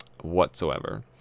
whatsoever